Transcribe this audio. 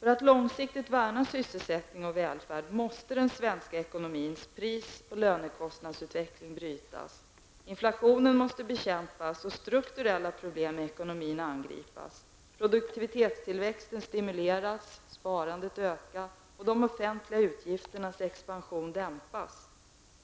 För att långsiktigt värna sysselsättning och välfärd måste den svenska ekonomins pris och lönekostnadsutveckling brytas. Inflationen måste bekämpas och de strukturella problemen i ekonomin angripas. Produktivitetstillväxten måste stimuleras, sparandet öka och de offentliga utgifternas expansion dämpas.